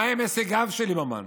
מה הם הישגיו של ליברמן?